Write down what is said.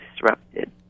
disrupted